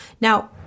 Now